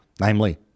namely